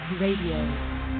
Radio